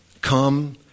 Come